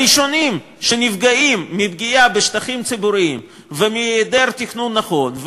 הראשונים שנפגעים מפגיעה בשטחים ציבוריים ומהיעדר תכנון נכון,